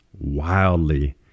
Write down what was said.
wildly